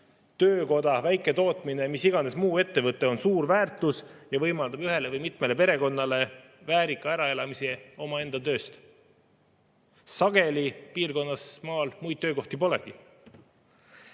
töökoda, väiketootmine, mis iganes muu ettevõte on suur väärtus ja võimaldab ühele või mitmele perekonnale väärika äraelamise omaenda tööst. Sageli maapiirkonnas muid töökohti polegi.